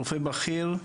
רופא בכיר.